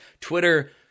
Twitter